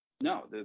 no